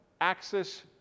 access